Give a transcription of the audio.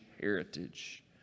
heritage